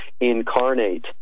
incarnate